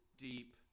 deep